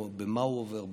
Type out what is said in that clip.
ובמה הוא עובר,